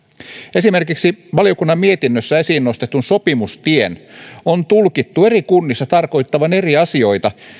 esimerkiksi valiokunnan mietinnössä esiin nostetun sopimustien on tulkittu eri kunnissa tarkoittavan eri asioita